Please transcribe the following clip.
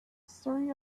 story